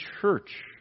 church